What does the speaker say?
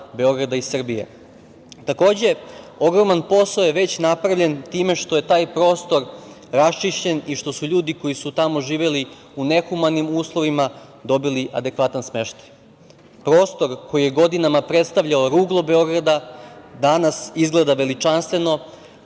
Beograda i Srbije. Takođe, ogroman posao je već napravljen time što je taj prostor raščišćen i što su ljudi koji su tamo živeli u nehumanim uslovima dobili adekvatan smeštaj. Prostor koji je godinama predstavljao ruglo Beograda danas izgleda veličanstveno,